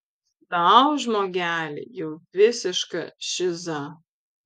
tau žmogeli jau visiška šiza